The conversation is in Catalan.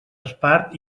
espart